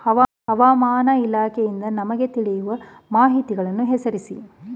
ಹವಾಮಾನ ಇಲಾಖೆಯಿಂದ ನಮಗೆ ತಿಳಿಯುವ ಮಾಹಿತಿಗಳನ್ನು ಹೆಸರಿಸಿ?